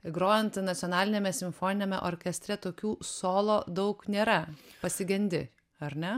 grojant nacionaliniame simfoniniame orkestre tokių solo daug nėra pasigendi ar ne